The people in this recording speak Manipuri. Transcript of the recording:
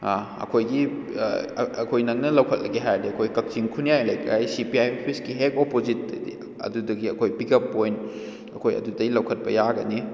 ꯑꯩꯈꯣꯏꯒꯤ ꯑꯩꯈꯣꯏ ꯅꯪꯅ ꯂꯧꯈꯠꯂꯒꯦ ꯍꯥꯏꯔꯗꯤ ꯑꯩꯈꯣꯏ ꯀꯛꯆꯤꯡ ꯈꯨꯟꯌꯥꯏ ꯂꯩꯀꯥꯏꯁꯤ ꯁꯤ ꯄꯤ ꯑꯥꯏ ꯑꯣꯐꯤꯁꯒꯤ ꯍꯦꯛ ꯑꯣꯄꯣꯖꯤꯠꯇꯗꯤ ꯑꯗꯨꯗꯒꯤ ꯑꯩꯈꯣꯏ ꯄꯤꯛ ꯎꯞ ꯄꯣꯏꯟ ꯑꯩꯈꯣꯏ ꯑꯗꯨꯗꯩ ꯂꯧꯈꯠꯄ ꯌꯥꯒꯅꯤ